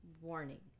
warning